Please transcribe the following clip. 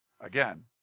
Again